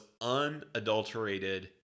unadulterated